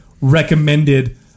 recommended